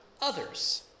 others